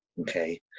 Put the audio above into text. Okay